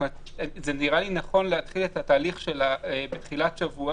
זה נראה לי נכון להתחיל את התהליך בתחילת שבוע